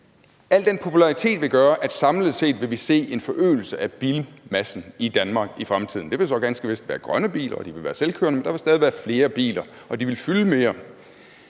Al den popularitet vil gøre, at vi samlet set vil se en forøgelse af bilmassen i Danmark i fremtiden. Det vil så ganske vist være grønne biler, og de vil være selvkørende, men der vil stadig være flere biler, og de vil fylde mere.